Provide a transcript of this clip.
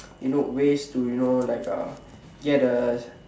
you know ways to you know like uh get a